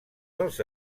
dels